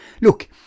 Look